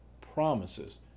promises